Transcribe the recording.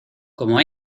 como